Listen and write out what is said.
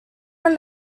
him